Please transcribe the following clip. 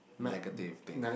negative thing